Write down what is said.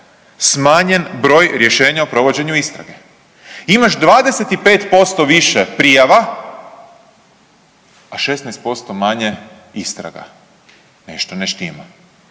smanjen broj rješenja o provođenju istrage. Imaš 25% više prijava, a 16% manje istraga. Nešto ne štima.